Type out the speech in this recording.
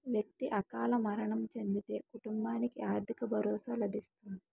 వ్యక్తి అకాల మరణం చెందితే కుటుంబానికి ఆర్థిక భరోసా లభిస్తుంది